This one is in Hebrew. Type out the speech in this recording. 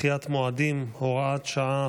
ודחיית מועדים (הוראת שעה,